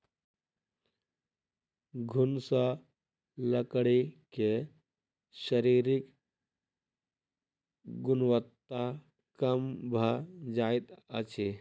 घुन सॅ लकड़ी के शारीरिक गुणवत्ता कम भ जाइत अछि